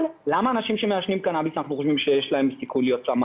אבל למה אנשים שמעשנים קנאביס אנחנו חושבים שיש להם סיכוי להיות ---?